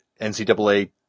NCAA